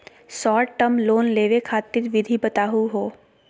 Short term loan लेवे खातीर विधि बताहु हो?